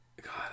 God